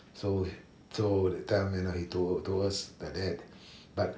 so so that time you know he told told us like that but